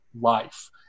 life